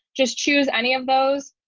just choose any of those.